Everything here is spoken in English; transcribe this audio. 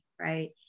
right